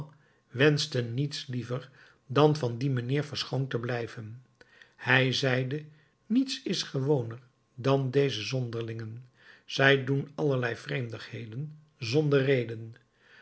wenschte niets liever dan van dien mijnheer verschoond te blijven hij zeide niets is gewoner dan deze zonderlingen zij doen allerlei vreemdigheden zonder reden